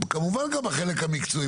כמובן גם החלק המקצועי.